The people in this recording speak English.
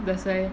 that's why